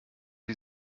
die